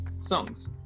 songs